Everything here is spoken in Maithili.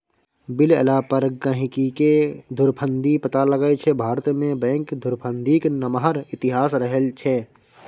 बिल एला पर गहिंकीकेँ धुरफंदी पता लगै छै भारतमे बैंक धुरफंदीक नमहर इतिहास रहलै यै